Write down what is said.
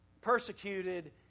persecuted